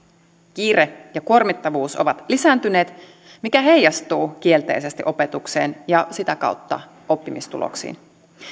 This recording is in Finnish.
kiire ja kuormittavuus ovat lisääntyneet mikä heijastuu kielteisesti opetukseen ja sitä kautta oppimistuloksiin